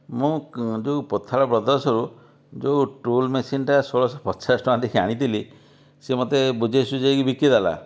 ମୁଁ ଯେଉଁ ପୋଥାର ବ୍ରଦରର୍ସ୍ରୁ ଯେଉଁ ଟୋଲ୍ ମେସିନ୍ଟା ଷୋହଳଶହ ପଚାଶ ଟଙ୍କା ଦେଇକି ଆଣିଥିଲି ସେ ମୋତେ ବୁଝେଇ ଶୁଝେଇ କି ବିକିଦେଲା